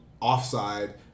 offside